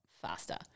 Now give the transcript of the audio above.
faster